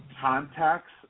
contacts